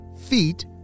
feet